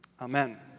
Amen